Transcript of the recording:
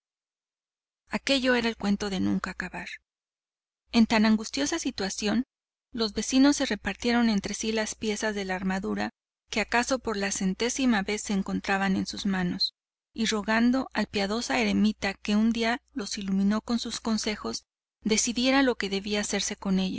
aquello era el cuento de nunca acabar en tan angustiosa situación los vecinos se repartieron entre si las piezas de la armadura que acaso por centésima vez se encontraba en sus manos y rogaron al piadoso eremita que un día los iluminó con sus consejos decidiera lo que debí hacerse con